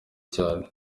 cyane